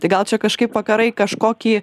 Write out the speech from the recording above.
tai gal čia kažkaip vakarai kažkokį